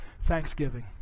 Thanksgiving